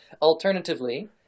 Alternatively